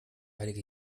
heilige